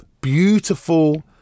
beautiful